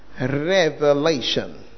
Revelation